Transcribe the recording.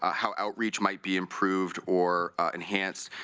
ah how outreach might be improved or enhanced,